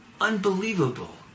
unbelievable